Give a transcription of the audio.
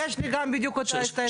לא, יש לי גם בדיוק אותה הסתייגות.